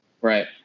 Right